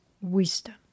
Wisdom